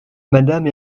madame